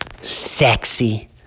sexy